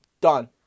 Done